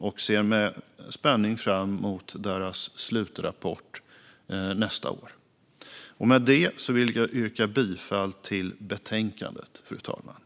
Jag ser med spänning fram emot deras slutrapport nästa år. Fru talman! Med detta vill jag yrka bifall till utskottets förslag i betänkandet.